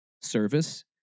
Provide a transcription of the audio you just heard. service